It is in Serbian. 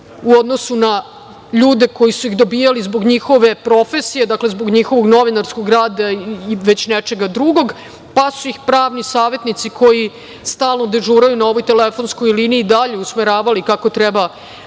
u odnosu na ljude koji su ih dobijali zbog njihove profesije, dakle zbog njihovog novinarskog rada i već nečega drugog, pa su ih pravni savetnici koji stalno dežuraju na ovoj telefonskoj liniji dalje usmeravali kako treba,